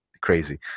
crazy